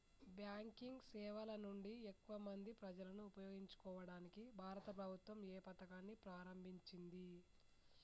Banking సేవల నుండి ఎక్కువ మంది ప్రజలను ఉపయోగించుకోవడానికి భారత ప్రభుత్వం ఏ పథకాన్ని ప్రారంభించింది?